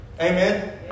Amen